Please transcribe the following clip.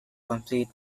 complete